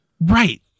Right